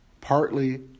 partly